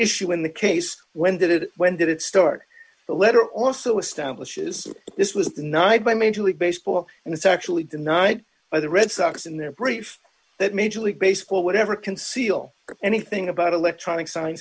issue in the case when did it when did it start the letter also establishes this was denied by major league baseball and it's actually denied by the red sox in their brief that major league baseball whatever conceal anything about electronic s